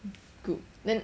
group then